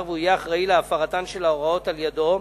והוא יהיה אחראי להפרתן של ההוראות על-ידו.